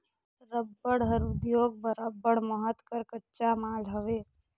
रबड़ हर उद्योग बर अब्बड़ महत कर कच्चा माल हवे